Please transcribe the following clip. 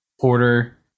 Porter